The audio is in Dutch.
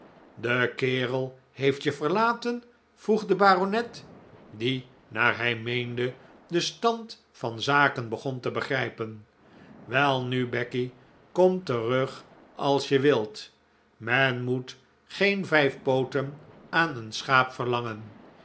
de kerel heeft je verlaten vroeg de baronet die naar hij meende den stand van zaken begon te begrijpen welnu becky kom terug als je wilt men moet geen vijf pooten aan een schaap verlangen